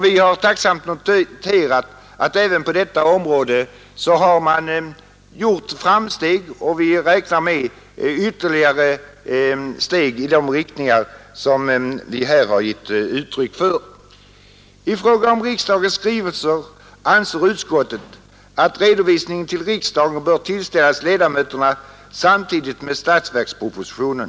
Vi har tacksamt noterat att man gjort framsteg även på detta område, och vi räknar med ytterligare steg i den riktning som vi angivit. I fråga om riksdagens skrivelser anser utskottet att redovisningen till riksdagen bör tillställas ledamöterna samtidigt med statsverkspropositionen.